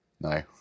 No